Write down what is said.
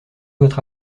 votre